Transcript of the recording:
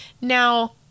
Now